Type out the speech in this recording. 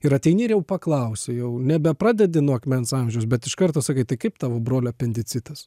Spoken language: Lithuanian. ir ateini ir jau paklausi jau nebe pradedi nuo akmens amžiaus bet iš karto sakai tai kaip tavo brolio apendicitas